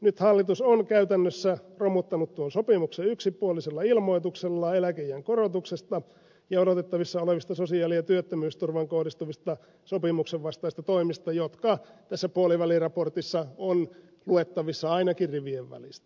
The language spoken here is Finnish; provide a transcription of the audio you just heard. nyt hallitus on käytännössä romuttanut tuon sopimuksen yksipuolisella ilmoituksella eläkeiän korotuksesta ja odotettavissa olevista sosiaali ja työttömyysturvaan kohdistuvista sopimuksenvastaisista toimista jotka tässä puoliväliraportissa ovat luettavissa ainakin rivien välistä